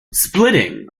splitting